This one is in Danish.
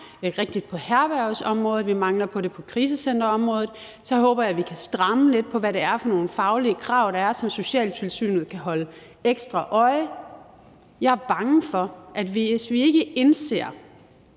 i gang på herbergsområdet, vi mangler at gøre det på krisecenterområdet. Så håber jeg, vi kan stramme lidt op på, hvad det er for nogle faglige krav, der er, så socialtilsynet kan holde ekstra øje med det. Jeg er bange for, at hvis vi ikke indser,